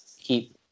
keep